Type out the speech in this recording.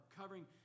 covering